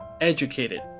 educated